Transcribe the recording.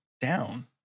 down